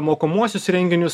mokomuosius renginius